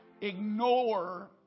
ignore